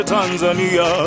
Tanzania